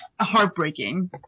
heartbreaking